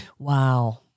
Wow